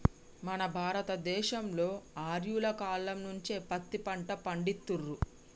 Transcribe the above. మన భారత దేశంలో ఆర్యుల కాలం నుంచే పత్తి పంట పండిత్తుర్రు